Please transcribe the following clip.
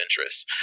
interests